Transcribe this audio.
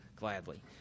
gladly